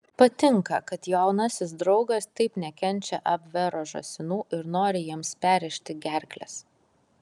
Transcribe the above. patinka kad jaunasis draugas taip nekenčia abvero žąsinų ir nori jiems perrėžti gerkles